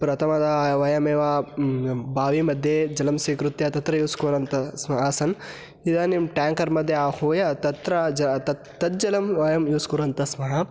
प्रथमतः वयमेव बाविमध्ये जलं स्वीकृत्य तत्र यूस् कुर्वन्तः स्म आसन् इदानीं टेङ्कर् मध्ये आहूय तत्र तत् तज्जलं वयं यूस् कुर्वन्तः स्मः